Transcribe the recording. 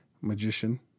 magician